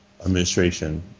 administration